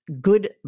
good